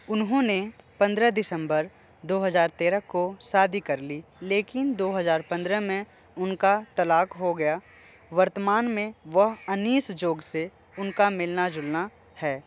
उन्होंने पंद्रह दिसंबर दो हज़ार तेरह को शादी कर ली लेकिन दो हज़ार पंद्रह में उनका तलाक हो गया वर्तमान में वह अनीश जोग से उनका मिलना जुलना है